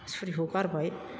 सुरिखौ गारबाय